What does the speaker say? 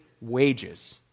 wages